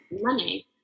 money